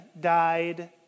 died